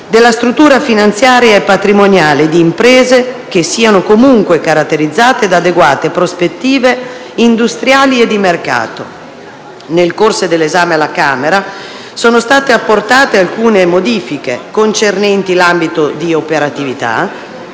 della struttura finanziaria e patrimoniale di imprese che siano comunque caratterizzate da adeguate prospettive industriali e di mercato. Nel corso dell'esame alla Camera, sono state apportate alcune modifiche concernenti l'ambito di operatività,